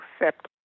accept